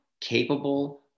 capable